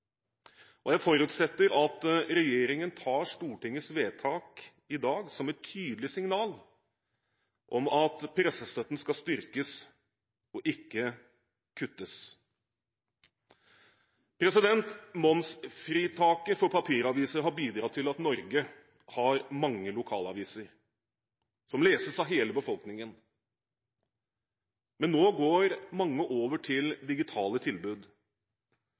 og jeg forutsetter at regjeringen tar Stortingets vedtak i dag som et tydelig signal om at pressestøtten skal styrkes og ikke kuttes. Momsfritaket for papiraviser har bidratt til at Norge har mange lokalaviser, som leses av hele befolkningen, men nå går mange over til digitale tilbud.